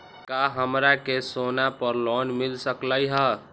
का हमरा के सोना पर लोन मिल सकलई ह?